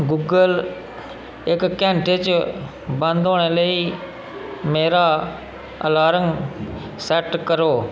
Google इक घैंटे च बंद होने लेई मेरा अलार्म सैट्ट करो